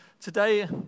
Today